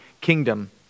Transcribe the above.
kingdom